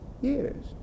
years